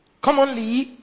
commonly